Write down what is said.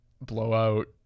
blowout